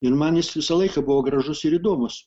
ir man jis visą laiką buvo gražus ir įdomus